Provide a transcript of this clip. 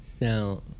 Now